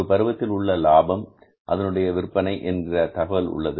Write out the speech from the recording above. ஒரு பருவத்தில் உள்ள லாபம் அதனுடைய விற்பனை என்கிற தகவல் உள்ளது